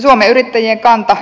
suomen yrittäjien kanta